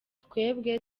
twebwe